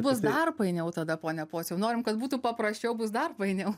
bus dar painiau tada pone pociau norim kad būtų paprasčiau bus dar painiau